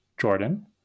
Jordan